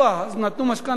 אז נתנו משכנתה, זה טוב,